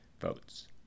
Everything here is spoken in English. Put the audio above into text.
votes